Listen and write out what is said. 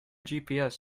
gps